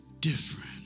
different